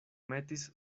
metis